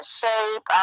shape